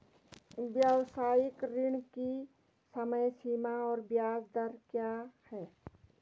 व्यावसायिक ऋण की समय सीमा और ब्याज दर क्या है?